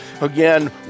again